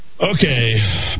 Okay